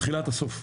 תחילת הסוף.